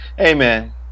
Amen